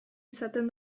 izaten